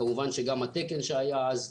כמובן גם התקן שהיה אז,